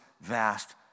vast